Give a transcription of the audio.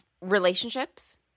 relationships